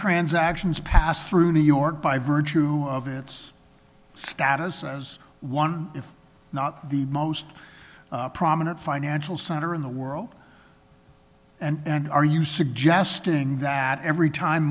transactions pass through new york by virtue of its status as one if not the most prominent financial center in the world and are you suggesting that every time